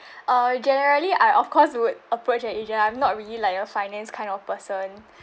uh generally I of course would approach an agent I'm not really like a finance kind of person